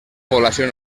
població